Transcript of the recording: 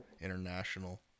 international